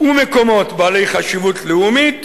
ומקומות בעלי חשיבות לאומית,